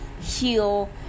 heal